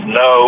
no